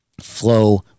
flow